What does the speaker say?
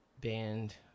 band